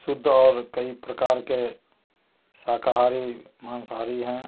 शुद्ध और कई प्रकार के शाकाहारी मांसाहारी हैं